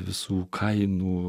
visų kainų